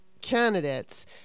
candidates